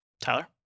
Tyler